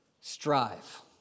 Strive